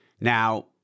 Now